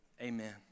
Amen